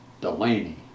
Delaney